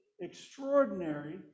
extraordinary